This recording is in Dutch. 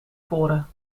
voren